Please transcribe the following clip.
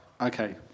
okay